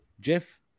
Jeff